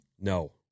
No